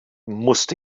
musste